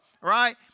right